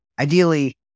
Ideally